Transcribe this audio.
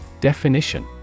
Definition